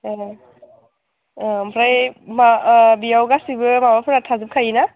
ओमफ्राय मा बेयाव गासैबो माबाफोरा थाजोबखायोना